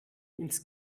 ins